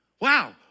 Wow